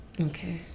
Okay